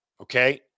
okay